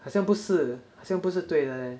好像不是好像不是对的 leh